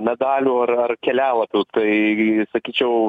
medalių ar ar kelialapių tai sakyčiau